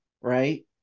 Right